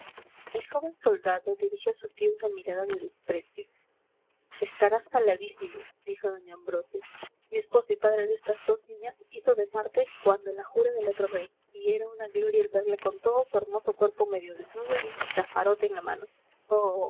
el joven soldado dirigió a su tío una mirada de desprecio estará saladísimo dijo doña ambrosia mi esposo y padre de estas dos niñas hizo de marte cuando la jura del otro rey y era una gloria el verle con todo su hermoso cuerpo medio desnudo y un chafarote en la mano oh